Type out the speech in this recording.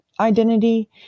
identity